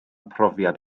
profiad